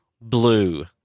Blue